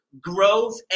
growth